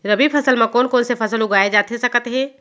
रबि फसल म कोन कोन से फसल उगाए जाथे सकत हे?